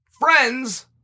friends